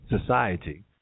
society